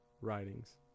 writings